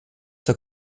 der